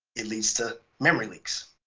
it leads to memory leaks.